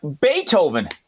Beethoven